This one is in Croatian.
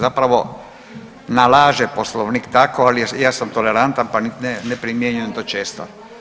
Zapravo, nalaže Poslovnik tako, ali ja sam tolerantan, pa ne primjenjujem to često.